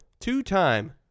two-time